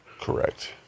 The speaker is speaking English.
Correct